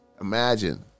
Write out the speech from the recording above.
Imagine